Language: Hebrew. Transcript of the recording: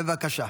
בבקשה.